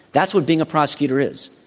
that's what being a prosecutor is.